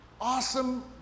awesome